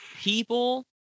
People